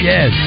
Yes